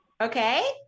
Okay